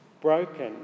broken